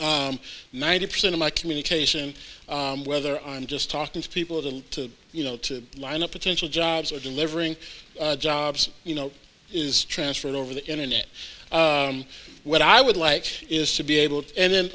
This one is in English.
region ninety percent of my communication whether i'm just talking to people to you know to line up potential jobs or delivering jobs you know is transferred over the internet what i would like is to be able to and then